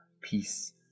Peace